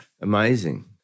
Amazing